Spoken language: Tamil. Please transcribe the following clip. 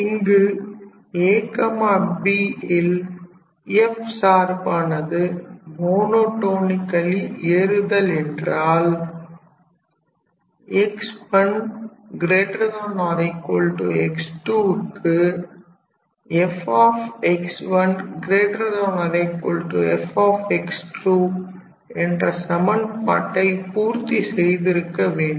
இங்கு ab ல் f சார்பானது மோனோடோனிக்கலி ஏறுதல் என்றால் x1x2 க்கு ff என்ற சமன்பாட்டை பூர்த்தி செய்திருக்க வேண்டும்